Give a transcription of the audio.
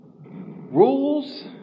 rules